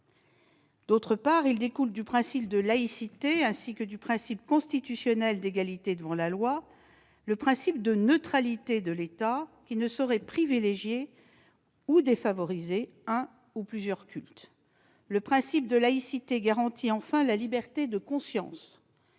Ensuite, du principe de laïcité, ainsi que du principe constitutionnel d'égalité devant la loi, découle le principe de neutralité de l'État : celui-ci ne saurait privilégier ou défavoriser un ou plusieurs cultes. Enfin, le principe de laïcité garantit la liberté de conscience.